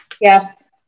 Yes